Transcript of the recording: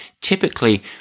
Typically